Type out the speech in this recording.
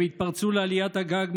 הם התפרצו לעליית הגג,